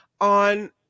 on